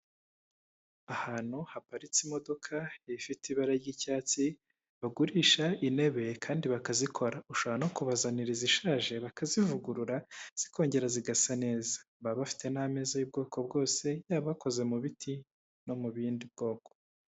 Ahantu haparitse imodoka ifite ibara ry'icyatsi bagurisha intebe kandi bakazikora, ushobora no kubazanira izishaje bakazivugurura zikongera zigasa neza, baba bafite n'ameza y'ubwoko bwose yaba akoze mu biti no mu bundi bwoko.